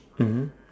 mmhmm